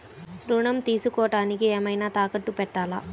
ఋణం తీసుకొనుటానికి ఏమైనా తాకట్టు పెట్టాలా?